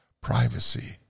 privacy